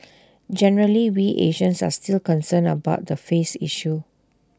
generally we Asians are still concerned about the 'face' issue